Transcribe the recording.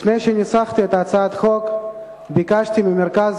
לפני שניסחתי את הצעת החוק ביקשתי ממרכז